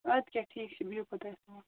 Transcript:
اَدٕ کیٛاہ ٹھیٖک چھُ بِہِو خُدایَس سوال